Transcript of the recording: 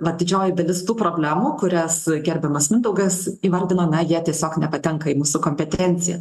na didžioji dalis tų problemų kurias gerdamas mindaugas įvardino na jie tiesiog nepatenka į mūsų kompetenciją